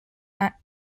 act